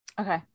okay